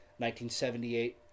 1978